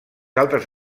altres